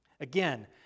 Again